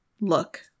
look